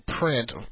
print